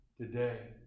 today